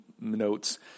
notes